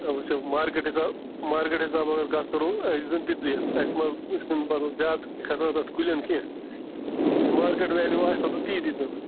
ہے وٕچھ مارکیٹ حِساب مارکیٹ حِساب اگر کَتھ کَرو اسہِ دی زَن تِژٕے ہَن اَسہِ منٛز وُچھ بدل زیادٕ چھِ کھَسان تَتھ کُلٮ۪ن کیٚنٛہہ یہِ مارکیٹ ویلیوٗ آسہِ تہٕ تی دِیٖتَن حظ